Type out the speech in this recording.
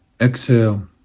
Exhale